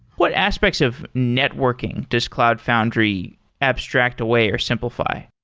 what aspects of networking does cloud foundry abstract away or simplify?